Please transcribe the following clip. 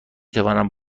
توانم